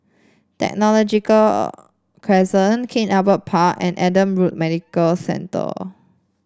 Technological Crescent King Albert Park and Adam Road Medical Centre